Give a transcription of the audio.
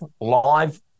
live